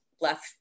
left